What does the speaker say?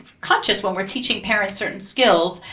conscious when we're teaching parents certain skills,